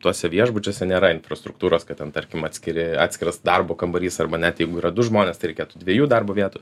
tuose viešbučiuose nėra infrastruktūros kad ten tarkim atskiri atskiras darbo kambarys arba net jeigu yra du žmonės tai reikėtų dviejų darbo vietų